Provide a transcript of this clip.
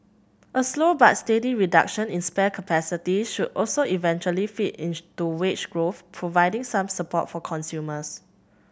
a slow but steady reduction in spare capacity should also eventually feed into wage growth providing some support for consumers